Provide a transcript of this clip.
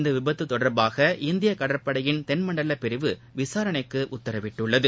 இந்தவிபத்துதொடர்பாக இந்தியகடற்படையின் தென்மண்டவபிரிவு விசாரணைக்குஉத்தரவிட்டுள்ளது